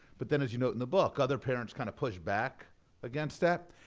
but then, as you note in the book, other parents kind of push back against that.